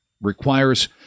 requires